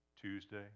Tuesday